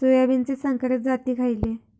सोयाबीनचे संकरित जाती खयले?